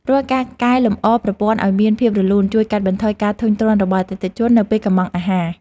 រាល់ការកែលម្អប្រព័ន្ធឱ្យមានភាពរលូនជួយកាត់បន្ថយការធុញទ្រាន់របស់អតិថិជននៅពេលកុម្ម៉ង់អាហារ។